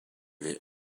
vid